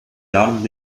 jahren